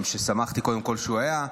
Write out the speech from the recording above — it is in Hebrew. קודם כול, שמחתי שהוא היה.